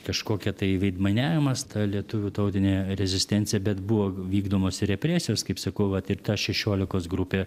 kažkokia tai veidmainiavimas ta lietuvių tautinė rezistencija bet buvo vykdomos represijos kaip sakau vat ir ta šešiolikos grupė